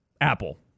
Apple